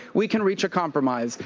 we can reach a compromise.